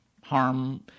harm